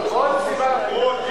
הבהרת את הכוונה.